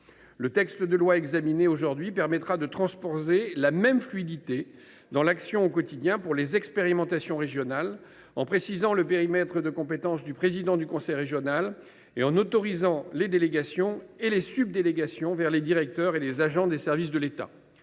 La présente proposition de loi permettra de transposer la même fluidité dans l’action au quotidien dans le cadre des expérimentations régionales, en précisant le périmètre de compétence du président du conseil régional et en autorisant les délégations et les subdélégations vers les directeurs et les agents des services de l’État.